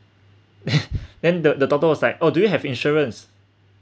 then the the doctor was like oh do you have insurance